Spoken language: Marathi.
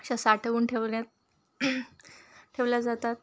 अशा साठवून ठेवल्यात ठेवल्या जातात